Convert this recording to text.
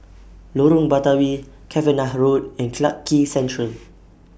Lorong Batawi Cavenagh Road and Clarke Quay Central